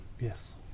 Yes